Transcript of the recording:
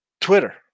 Twitter